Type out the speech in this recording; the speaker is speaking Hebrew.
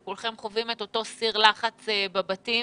כולכם חווים את אותו סיר לחץ בבתים.